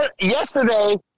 Yesterday